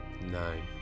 Nine